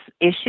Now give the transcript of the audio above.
issue